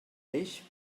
peix